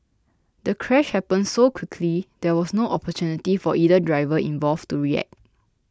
the crash happened so quickly there was no opportunity for either driver involved to react